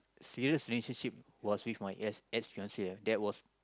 serious relationship was with my ex ex last year that was